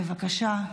בבקשה.